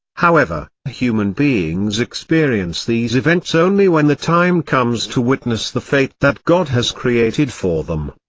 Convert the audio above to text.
however, human beings experience these events only when the time comes to witness the fate that god has created for them.